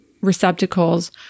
receptacles